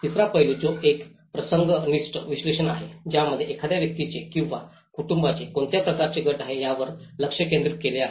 तिसरा पैलू जो एक प्रसंगनिष्ठ विश्लेषण आहे त्यामध्ये एखाद्या व्यक्तीचे किंवा कुटुंबाचे कोणत्या प्रकारचे गट आहे यावर लक्ष केंद्रित केले आहे